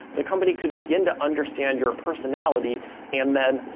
the company could begin to understand your personality and then,